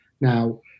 now